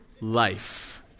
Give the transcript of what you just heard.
life